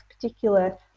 particular